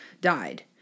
died